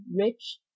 rich